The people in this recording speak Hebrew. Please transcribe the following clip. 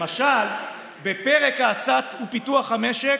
למשל, בפרק האצה ופיתוח של המשק,